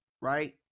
right